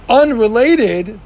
unrelated